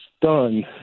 done